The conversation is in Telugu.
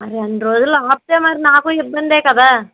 మరి అన్ని రోజులు ఆపితే మరి నాకు ఇబ్బందే కదా